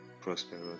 prosperous